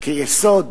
כיסוד